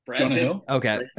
Okay